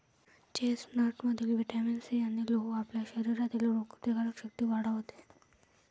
चेस्टनटमधील vitamin C आणि लोह आपल्या शरीरातील रोगप्रतिकारक शक्ती वाढवते